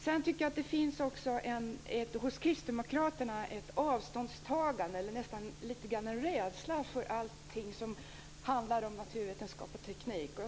Jag tycker att det hos kristdemokraterna också finns ett avståndstagande från, eller nästan en rädsla för, allt som handlar om naturvetenskap och teknik.